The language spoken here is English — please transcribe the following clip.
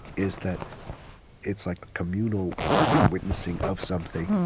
is that it's like a communal witnessing of something